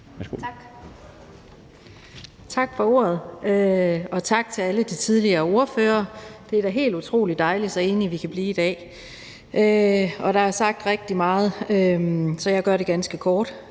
Tak for ordet, og tak til alle de tidligere ordførere. Det er da helt utrolig dejligt, så enige vi kan blive i dag. Der er sagt rigtig meget, så jeg gør det ganske kort.